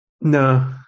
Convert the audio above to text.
No